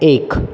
एक